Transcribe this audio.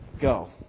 Go